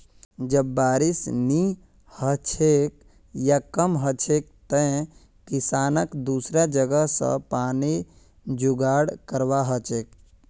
जब बारिश नी हछेक या कम हछेक तंए किसानक दुसरा जगह स पानीर जुगाड़ करवा हछेक